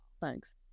thanks